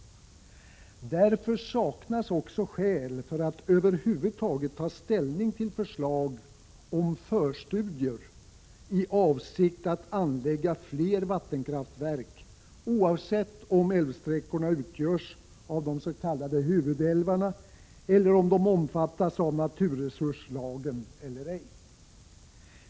Därför saknas också skäl för att över huvud taget ta ställning till förslag om förstudier i avsikt att anlägga fler vattenkraftverk, oavsett om älvsträckorna utgörs av de s.k. huvudälvarna eller om de omfattas av naturresurslagen eller ej.